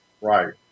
Right